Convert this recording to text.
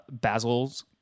Basil's